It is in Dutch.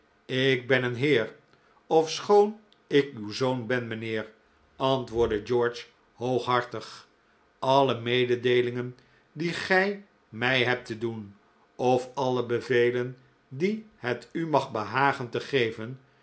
ik ben een heer ofschoon ik uw zoon ben mijnheer antwoordde george hooghartig alle mededeelingen die gij mij hebt te doen of alle bevelen die het u mag behagen te geven